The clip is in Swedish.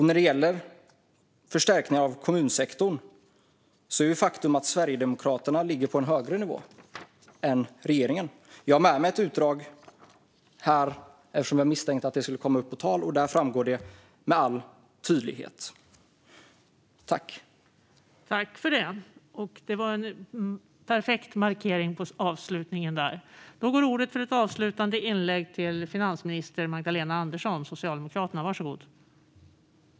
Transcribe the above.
När det gäller förstärkning av kommunsektorn är det ett faktum att Sverigedemokraterna ligger på en högre nivå än regeringen. Jag har med mig ett utdrag här i kammaren, eftersom jag misstänkte att det skulle komma på tal. Där framgår det med all tydlighet.